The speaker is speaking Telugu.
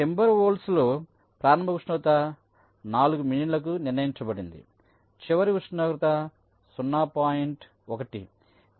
కాబట్టి టింబర్వోల్ఫ్లో ప్రారంభ ఉష్ణోగ్రత 4 మిలియన్లకు నిర్ణయించబడింది చివరి ఉష్ణోగ్రత 0